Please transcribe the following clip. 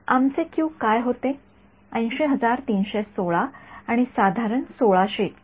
आमचे क्यूकाय होते ८0३१६ आणि साधारण १६०० इतके